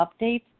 updates